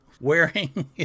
wearing